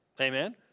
Amen